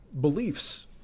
beliefs